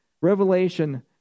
Revelation